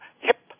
hip